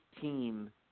team